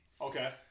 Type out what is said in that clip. Okay